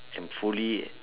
and fully